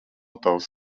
tavas